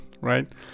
right